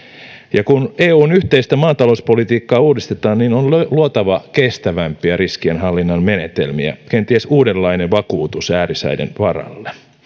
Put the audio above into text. ja kun eun yhteistä maatalouspolitiikkaa uudistetaan niin on luotava kestävämpiä ris kien hallinnan menetelmiä kenties uudenlainen vakuutus äärisäiden varalle